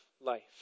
life